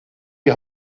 die